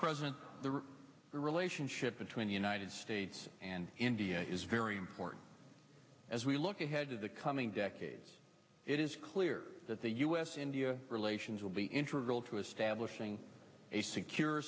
present the relationship between the united states and india is very important as we look ahead to the coming decades it is clear that the us india relations will be